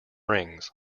rings